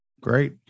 Great